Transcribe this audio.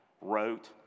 wrote